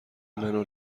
منو